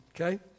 Okay